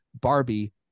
barbie